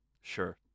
Sure